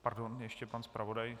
Pardon, ještě pan zpravodaj.